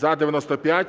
За-95